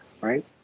right